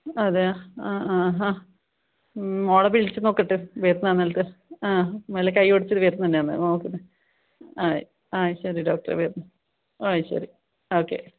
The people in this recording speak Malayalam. അതെയോ ആ മോളെ ബിലിച്ച്നൊക്കട്ട് വരുന്നാന്നുള്ത് ആ മേലെ കൈ പിടിച്ചിട്ട് വരുന്നുണ്ട് നോക്കട്ടെ ആ ആ ശരി ഡോക്ടറെ വരുന്ന് ഓ ശരി ഓക്കെ